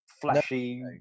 flashy